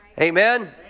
Amen